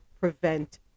prevent